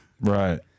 Right